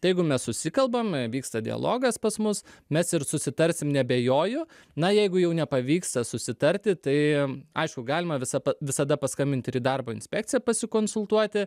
tai jeigu mes susikalbam vyksta dialogas pas mus mes ir susitarsim neabejoju na jeigu jau nepavyksta susitarti tai aišku galima visa p visada paskambinti ir į darbo inspekciją pasikonsultuoti